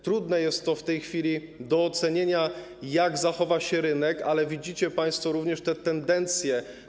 Trudne jest w tej chwili do ocenienia, jak zachowa się rynek, ale widzicie państwo również te tendencje.